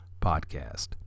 Podcast